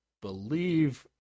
believe